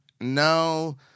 No